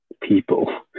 people